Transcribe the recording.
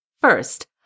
First